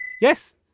Yes